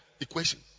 equation